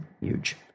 huge